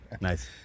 Nice